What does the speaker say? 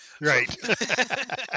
right